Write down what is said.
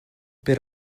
per